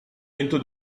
into